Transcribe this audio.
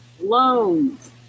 loans